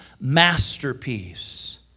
masterpiece